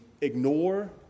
ignore